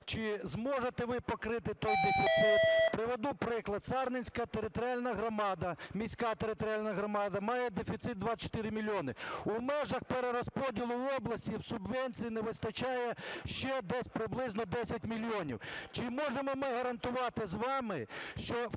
чи зможете ви покрити той дефіцит. Приведу приклад. Сарненська територіальна громада, міська територіальна громада, має дефіцит 24 мільйони. У межах перерозподілу області субвенції не вистачає ще десь приблизно 10 мільйонів. Чи можемо ми гарантувати з вами, що